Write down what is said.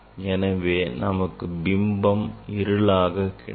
எனவே நமக்கு பிம்பம் இருளாக இருக்கும்